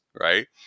right